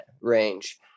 range